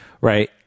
Right